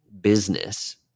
business